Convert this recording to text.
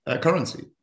currency